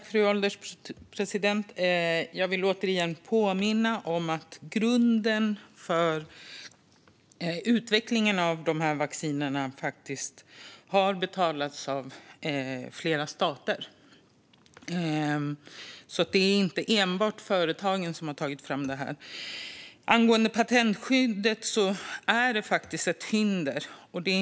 Fru ålderspresident! Jag vill återigen påminna om att grunden för utvecklingen av vaccinerna har betalats av flera stater, så det är inte enbart företagen som har tagit fram detta. Angående patentskyddet är det faktiskt ett hinder.